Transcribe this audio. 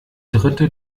dritte